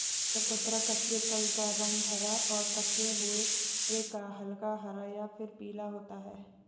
चकोतरा कच्चे फल का रंग हरा और पके हुए का हल्का हरा या फिर पीला होता है